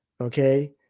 Okay